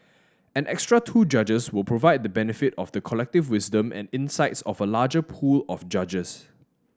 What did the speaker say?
an extra two judges will provide the benefit of the collective wisdom and insights of a larger pool of judges